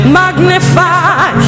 magnify